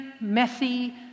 messy